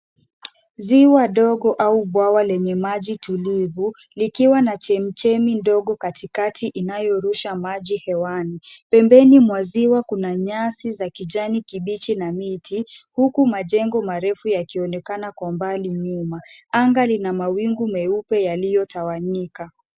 Ziwa dogo au bwawa lenye maji tulivu likiwa na chemichemi ndogo katikati inayorusha maji hewani. Pembeni mwa ziwa kuna nyasi za kijani kibichi na miti, huku majengo marefu yakionekana kwa mbali nyuma. Anga lina mawingu meupe yaliyotawanyika.